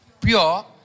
Pure